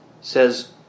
says